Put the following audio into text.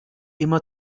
immer